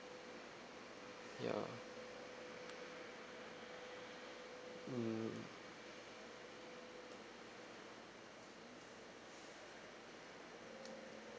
ya mm